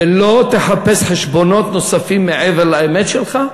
ולא תחפש חשבונות נוספים מעבר לאמת שלך,